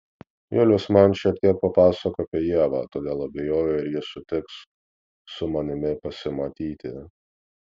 julius man šiek tiek papasakojo apie ievą todėl abejoju ar ji sutiks su manimi pasimatyti